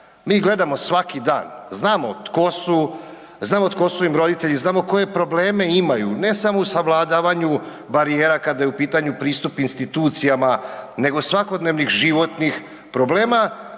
dan, znamo tko su, znamo tko su im roditelji, znamo koje probleme imaju ne samo u savladavanju barijera kada je u pitanju pristup institucijama nego svakodnevnih životnih problema